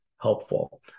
helpful